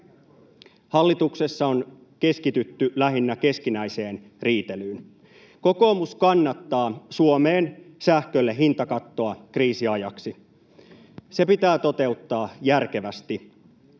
Hallituksessa on keskitytty lähinnä keskinäiseen riitelyyn. Kokoomus kannattaa Suomeen sähkölle hintakattoa kriisiajaksi. Se pitää toteuttaa järkevästi.